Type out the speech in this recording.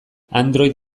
android